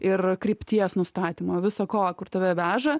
ir krypties nustatymo viso ko kur tave veža